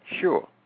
Sure